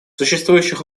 существующих